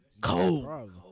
Cold